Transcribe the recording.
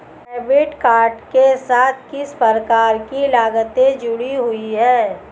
Debit card के साथ किस प्रकार की लागतें जुड़ी हुई हैं?